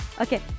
Okay